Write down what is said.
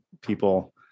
people